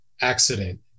accident